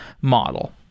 model